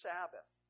Sabbath